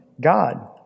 God